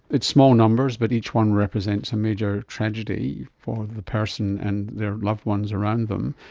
it's small numbers but each one represents a major tragedy for the person and their loved ones around them,